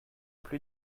plus